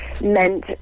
meant